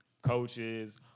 coaches